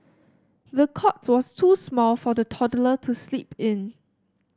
the cot was too small for the toddler to sleep in